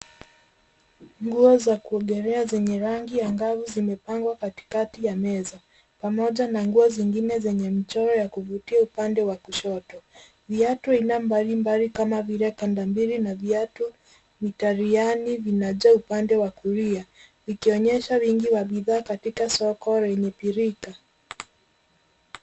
Nguo za kuogolea zenye rangi angavu zimepangwa katikati ya meza pamoja na nguo zingine zenye michoro ya kuvutia upande wa kushoto. Viatu aina mbalimbali kama vile kandambili na viatu mitariyani vinajaa upande wa kulia vikionyesha wingi wa bidhaa katika soko lenye pilika.